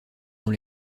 dans